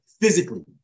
physically